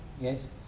yes